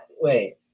wait